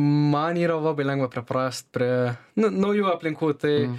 man yra labai lengva priprast prie nu naujų aplinkų tai